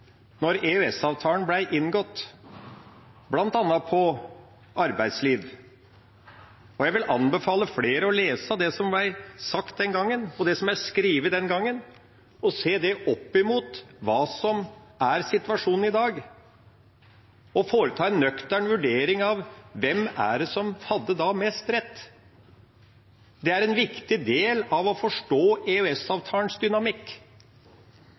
inngått, bl.a. når det gjaldt arbeidsliv. Jeg vil anbefale flere å lese det som ble sagt og skrevet den gangen, se det opp mot hva som er situasjonen i dag, og foreta en nøktern vurdering av hvem som hadde mest rett. Det er en viktig del av å forstå EØS-avtalens dynamikk.